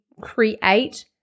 create